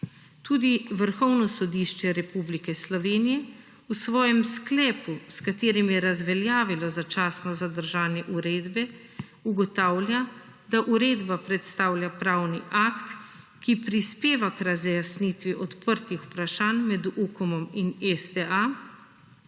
Tudi Vrhovno sodišče Republike Slovenije v svojem sklepu s katerim je razveljavila začasno zadržanje uredbe, ugotavlja, da uredba predstavlja pravni akt, ki prispeva k razjasnitvi odprtih vprašanj med Ukomom in STA,